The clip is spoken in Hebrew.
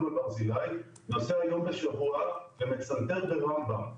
בברזילי נוסע יום בשבוע ומצנתר ברמב"ם,